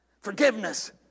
forgiveness